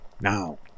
Now